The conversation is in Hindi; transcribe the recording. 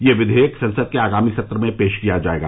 यह विघेयक संसद के आगामी सत्र में पेश किया जाएगा